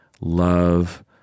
love